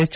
H